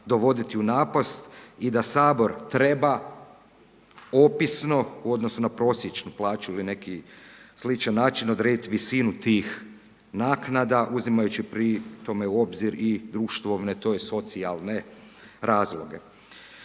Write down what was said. dovoditi u napast i da Sabor treba opisno u odnosu na prosječnu plaću ili neki sličan način odrediti visinu tih naknada uzimajući pri tome u obzir i društvovne tj. socijalne razloge.